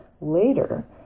Later